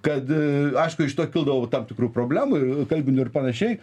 kad aišku iš to kildavo tam tikrų problemų ir kalbinių ir panašiai